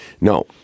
No